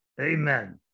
Amen